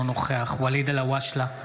אינו נוכח ואליד אלהואשלה,